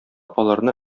аларны